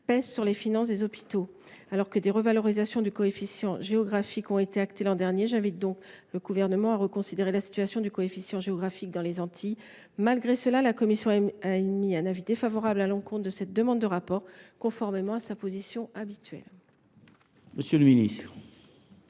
pèse sur les finances des hôpitaux. Alors que des revalorisations du coefficient géographique ont été actées l’an dernier, j’invite le Gouvernement à reconsidérer la situation du coefficient géographique dans les Antilles. Pour autant, la commission émet un avis défavorable sur cet amendement, conformément à sa position constante